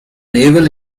naval